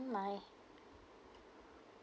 mm my